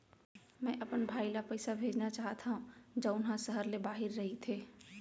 मै अपन भाई ला पइसा भेजना चाहत हव जऊन हा सहर ले बाहिर रहीथे